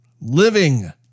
living